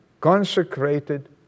consecrated